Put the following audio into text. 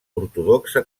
ortodoxa